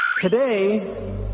Today